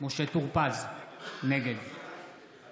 משה טור פז, נגד